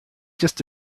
just